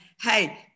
hey